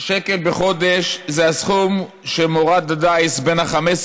שקל בחודש זה הסכום שמוראד עדאיס בן ה-15